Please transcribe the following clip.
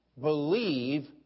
believe